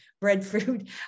breadfruit